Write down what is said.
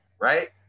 right